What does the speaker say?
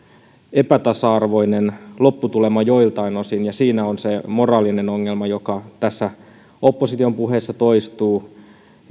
epätasa arvoinen lopputulema joiltain osin ja siinä on se moraalinen ongelma joka näissä opposition puheissa toistuu